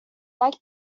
like